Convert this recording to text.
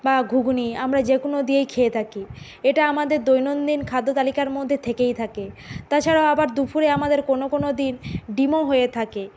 বা ঘুঘনি আমরা যে কোনো দিয়েই খেয়ে থাকি এটা আমাদের দৈনন্দিন খাদ্য তালিকার মধ্যে থেকেই থাকে তাছাড়াও আবার দুপুরে আমাদের কোনো কোনো দিন ডিমও হয়ে থাকে